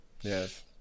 Yes